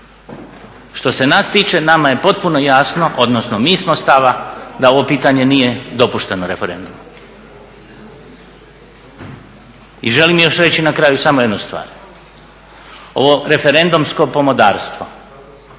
Što se nas tiče nama je potpuno jasno, odnosno mi smo stava da ovo pitanje nije dopušteno referendumom. I želim još reći na kraju samo jednu stvar, ovo referendumsko pomodarstvo,